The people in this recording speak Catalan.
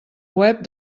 web